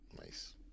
Nice